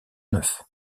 neuf